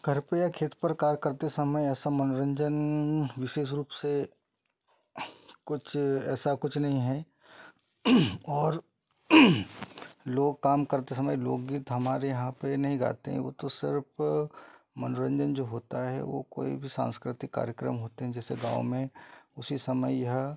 कृपया खेत पर कार्य करते समय ऐसा मनोरंजन विशेष रूप से कुछ ऐसा कुछ नहीं है और लोग काम करते समय लोकगीत हमारे यहाँ पे नहीं गाते हैं वो तो सिर्फ मनोरंजन जो होता है वो कोई भी सांस्कृतिक कार्यक्रम होते हैं जैसे गाँव में उसी समय यह